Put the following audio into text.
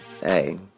hey